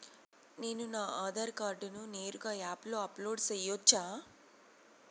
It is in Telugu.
నేను నా ఆధార్ కార్డును నేరుగా యాప్ లో అప్లోడ్ సేయొచ్చా?